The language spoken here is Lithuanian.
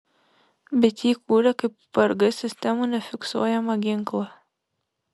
bet jį kūrė kaip prg sistemų nefiksuojamą ginklą